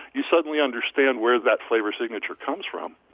you suddenly understand where that flavor signature comes from